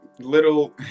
little